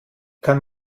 kann